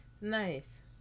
nice